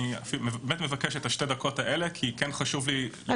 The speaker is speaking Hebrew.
אני מבקש את שתי הדקות האלה כי חשוב לי לדבר על העניין הזה.